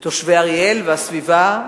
תושבי אריאל והסביבה,